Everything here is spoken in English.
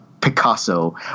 Picasso